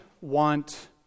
want